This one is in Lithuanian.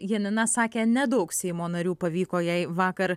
janina sakė nedaug seimo narių pavyko jai vakar